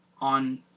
on